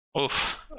Oof